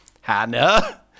Hannah